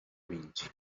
vinci